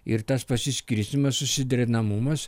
ir tas pasiskirstymas susiderinamumas